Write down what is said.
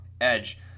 Edge